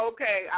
Okay